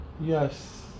Yes